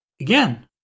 again